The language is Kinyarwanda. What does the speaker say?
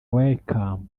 welcome